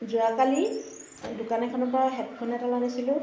যোৱাকালি দোকান এখনৰ পৰা হেডফোন এডাল আনিছিলোঁ